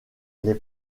les